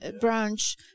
branch